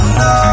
no